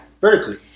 Vertically